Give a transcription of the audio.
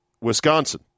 Wisconsin